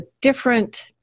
different